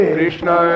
Krishna